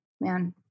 Man